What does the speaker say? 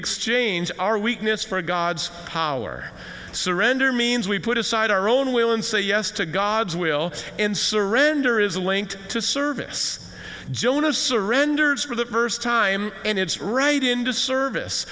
exchange our weakness for god's power surrender means we put aside our own will and say yes to god's will and surrender is linked to service jonah surrenders for the first time and it's right into service